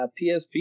PSP